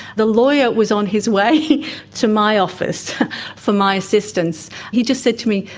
the lawyer was on his way to my office for my assistance. he just said to me,